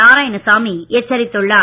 நாராயணசாமி எச்சரித்துள்ளார்